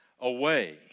away